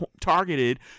targeted